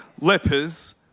lepers